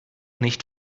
nicht